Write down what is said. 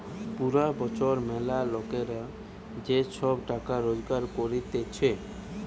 পুরা বছর ম্যালা লোকরা যে সব টাকা রোজগার করতিছে